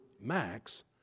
Max